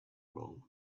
long